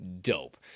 Dope